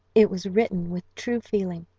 it was written with true feeling,